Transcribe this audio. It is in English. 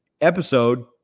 episode